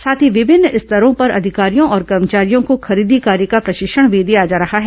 साथ ही विभिन्न स्तरों पर अधिकारियों और कर्मचारियों को खरीदी कार्य का प्रशिक्षण भी दिया जा रहा है